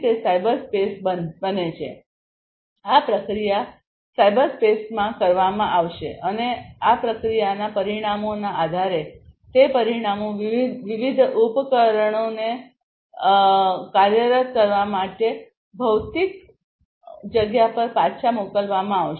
તેથી આ પ્રક્રિયા સાયબરસ્પેસમાં કરવામાં આવશે અને આ પ્રક્રિયાના પરિણામોના આધારે તે પરિણામો વિવિધ ઉપકરણોને કાર્યરત કરવા માટે ભૌતિક જગ્યા પર પાછા મોકલવામાં આવશે